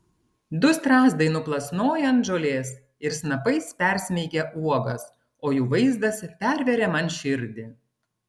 du strazdai nuplasnoja ant žolės ir snapais persmeigia uogas o jų vaizdas perveria man širdį